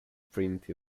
print